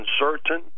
uncertain